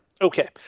Okay